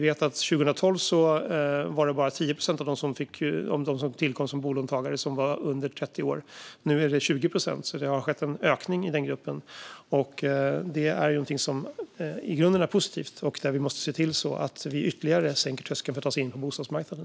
År 2012 var det bara 10 procent av dem som tillkom som bolåntagare som var under 30 år, men nu är det 20 procent. Det har alltså skett en ökning i den gruppen, och det är någonting som i grunden är positivt. Vi måste se till att ytterligare sänka tröskeln för att ta sig in på bostadsmarknaden.